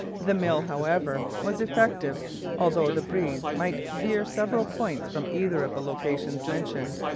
the mill, however, was effective although the breeze might veer several points from either of the locations mentioned.